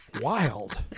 Wild